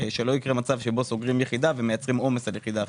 שלא יקרה שסוגרים יחידה ומייצרים עומס על יחידה אחרת.